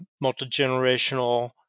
multi-generational